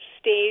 stage